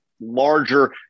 larger